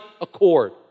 accord